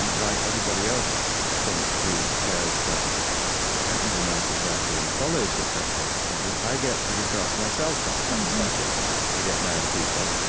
and like everybody i think who cares about what happens in our society and follows what so happens in societies, i get pretty cross myself sometimes. and i get i get mad at people.